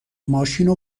ماشینو